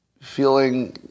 feeling